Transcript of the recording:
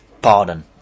pardon